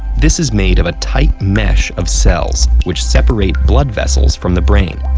this is made of a tight mesh of cells which separate blood vessels from the brain,